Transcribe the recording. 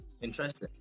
interesting